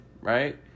right